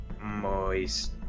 Moist